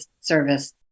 service